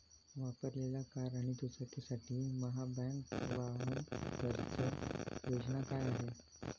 वापरलेल्या कार आणि दुचाकीसाठी महाबँक वाहन कर्ज योजना काय आहे?